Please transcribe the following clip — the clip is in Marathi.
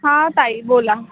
हां ताई बोला